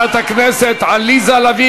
חברת הכנסת אורלי לוי